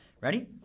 Ready